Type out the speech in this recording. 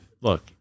look